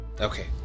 Okay